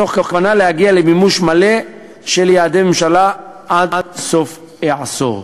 מתוך כוונה להגיע למימוש מלא של יעדי הממשלה עד סוף העשור.